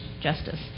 justice